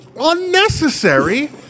unnecessary